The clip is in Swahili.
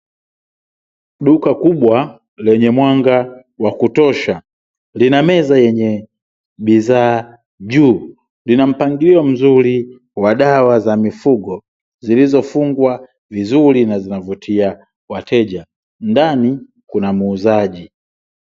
Duka kubwa lenye mwanga wa kutosha, lina meza yenye bidhaa juu, lina mpangilio mzuri wa dawa za mifugo zilizofungwa vizuri na zinavutia wateja, ndani kuna muuzaji.